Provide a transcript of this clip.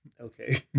Okay